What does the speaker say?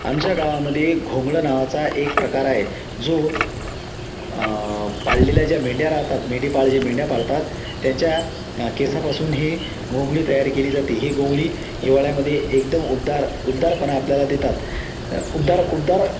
आमच्या गावामध्ये घोंगडं नावाचा एक प्रकार आहे जो पाळलेल्या ज्या मेंढ्या राहतात मेंढीपाळ जे मेंढ्या पाळतात त्यांच्या केसापासून ही घोंगडी तयार केली जाते ही घोंगडी हिवाळ्यामध्ये एकदम उबदार उबदारपणा आपल्याला देतात उपदार उबदार